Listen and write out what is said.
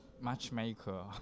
matchmaker